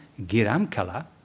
Giramkala